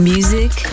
Music